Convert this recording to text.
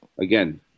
again